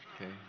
Okay